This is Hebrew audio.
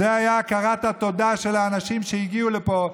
זו הייתה הכרת התודה של האנשים שהגיעו לפה,